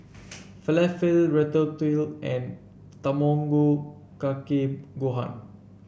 Falafel Ratatouille and Tamago Kake Gohan